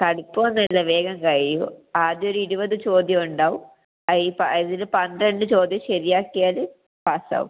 കടുപ്പമൊന്നുമില്ല വേഗം കഴിയും ആദ്യം ഒരു ഇരുപത് ചോദ്യം ഉണ്ടാകും അയി അതില് പന്ത്രണ്ട് ചോദ്യം ശരിയാക്കിയാല് പാസാകും